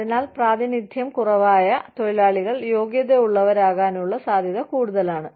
അതിനാൽ പ്രാതിനിധ്യം കുറവായ തൊഴിലാളികൾ യോഗ്യതയുള്ളവരാകാനുള്ള സാധ്യത കൂടുതലാണ്